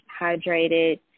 hydrated